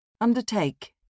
Undertake